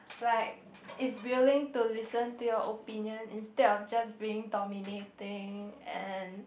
like is willing to listen to your opinion instead of just being dominating and